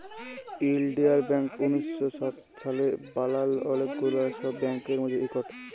ইলডিয়াল ব্যাংক উনিশ শ সাত সালে বালাল অলেক গুলা ছব ব্যাংকের মধ্যে ইকট